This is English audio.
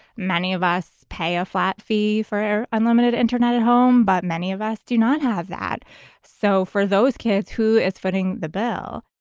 many of us pay a flat fee for our unlimited internet at home, but many of us do not have that so for those kids, who is footing the bill,